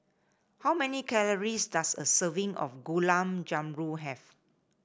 how many calories does a serving of Gulab Jamun have